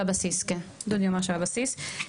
בבסיס, דודי אומר שבבסיס.